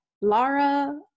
Laura